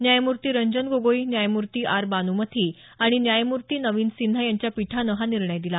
न्यायमूर्ती रंजन गोगाई न्यायमूर्ती आर बानूमथी आणि न्यायमूर्ती नविन सिन्हा यांच्या पीठानं हा निर्णय दिला